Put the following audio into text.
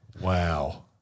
Wow